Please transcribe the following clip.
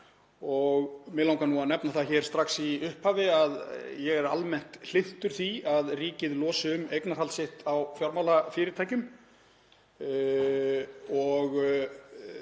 Mig langar að nefna það hér strax í upphafi að ég er almennt hlynntur því að ríkið losi um eignarhald sitt á fjármálafyrirtækjum og